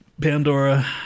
Pandora